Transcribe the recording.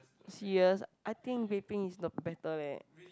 serious I think vapping is the better leh